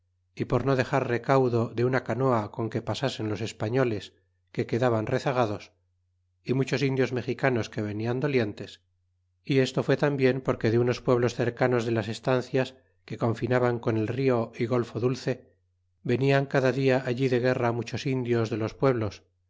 y por dexar recaudo de una canoa con que pasasen los españoles que quedaban rezagados y muchos indios mexicanos que venían dolientes y esto fue tambien porque de unos pueblos cercanos de las estancias que confinaban con el río y golfo dulce venian cada dia allí de guerra muchos indios de los pueblos